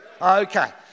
Okay